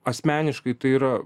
asmeniškai tai yra